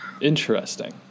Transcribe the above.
Interesting